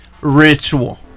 ritual